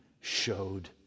showed